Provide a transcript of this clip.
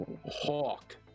hawk